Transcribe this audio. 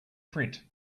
print